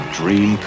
dream